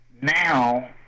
now